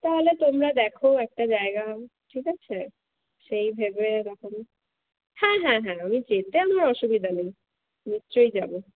তাহলে তোমরা দেখো একটা জায়গা ঠিক আছে সেই ভেবে দেখা যাক হ্যাঁ হ্যাঁ হ্যাঁ আমি যেতে আমার অসুবিধা নেই নিশ্চয়ই যাব